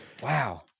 Wow